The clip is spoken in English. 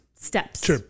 steps